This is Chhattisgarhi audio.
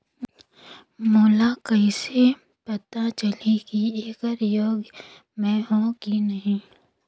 मोला कइसे पता चलही की येकर योग्य मैं हों की नहीं?